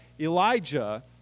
Elijah